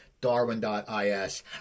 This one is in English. Darwin.is